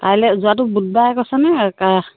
কাইলে যোৱাটো বুধবাৰে কৈছে নে